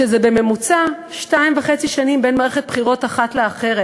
שזה בממוצע שנתיים וחצי בין מערכת בחירות אחת לאחרת,